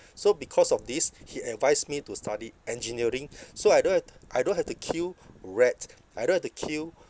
so because of this he advised me to study engineering so I don't ha~ I don't have to kill rat I don't have to kill